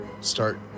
start